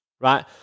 right